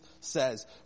says